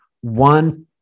one